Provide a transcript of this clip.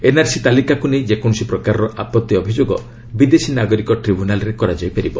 NRC ତାଲିକାକୁ ନେଇ ଯେକୌଣସି ପ୍ରକାର ଆପଭି ଅଭିଯୋଗ ବିଦେଶୀ ନାଗରିକ ଟ୍ରିବ୍ୟୁନାଲରେ କରାଯାଇପାରିବ